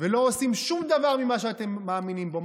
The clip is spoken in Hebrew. ולא עושים שום דבר ממה שאתם מאמינים בו?